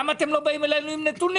למה אתם לא באים אלינו עם נתונים?